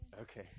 Okay